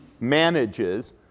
manages